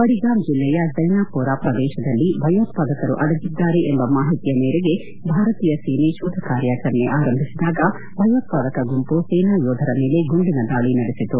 ಬಡಿಗಾಂ ಜಿಲ್ಲೆಯ ಝೈನಾಪೊರಾ ಪ್ರದೇಶದಲ್ಲಿ ಭಯೋತ್ಪಾದಕರು ಅಡಗಿದ್ದಾರೆ ಎಂಬ ಮಾಹಿತಿ ಮೇರೆಗೆ ಭಾರತೀಯ ಸೇನೆ ಶೋಧ ಕಾರ್ಯಾಚರಣೆ ಆರಂಭಿಸಿದಾಗ ಭಯೋತ್ವಾದಕ ಗುಂಪು ಸೇನಾ ಯೋಧರ ಮೇಲೆ ಗುಂಡಿನ ದಾಳಿ ನಡೆಸಿತು